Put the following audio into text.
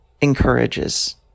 encourages